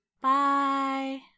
Bye